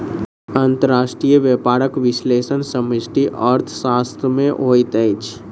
अंतर्राष्ट्रीय व्यापारक विश्लेषण समष्टि अर्थशास्त्र में होइत अछि